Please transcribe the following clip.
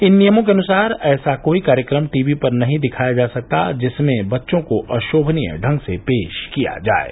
इन नियमों के अनुसार ऐसा कोई कार्यक्रम टी वी पर नहीं दिखाया जा सकता जिसमें बच्चों को अशोभनीय ढंग से पेश किया जाये